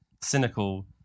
cynical